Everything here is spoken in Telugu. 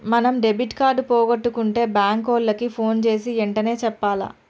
మనం డెబిట్ కార్డు పోగొట్టుకుంటే బాంకు ఓళ్ళకి పోన్ జేసీ ఎంటనే చెప్పాల